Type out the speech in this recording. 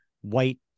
white